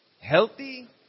healthy